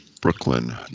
Brooklyn